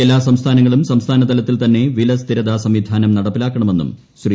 എല്ലാ സംസ്ഥാനങ്ങളും സംസ്ഥാനതലത്തിൽ തന്നെ വിലസ്ഥിരതാ സംവിധാനം നടപ്പിലാക്കണമെന്നും ശ്രീ